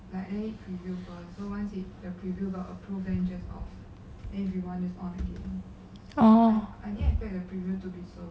oh